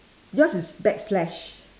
yours is back slash